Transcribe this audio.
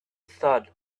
thud